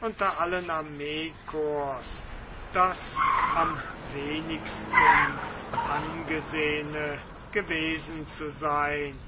unter allen armeekorps das am wenigstens angesehene gewesen zu sein